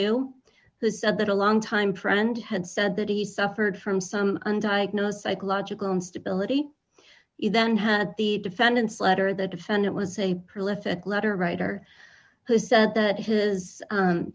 the said that a long time friend had said that he suffered from some undiagnosed psychological instability then had the defendant's letter the defendant was a prolific letter writer who said that his